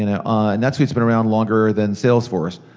you know ah netsuite's been around longer than salesforce,